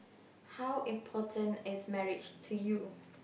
how important is marriage to you